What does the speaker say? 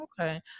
okay